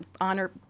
honor